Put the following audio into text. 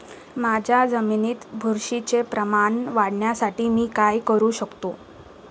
माझ्या जमिनीत बुरशीचे प्रमाण वाढवण्यासाठी मी काय करू शकतो?